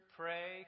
pray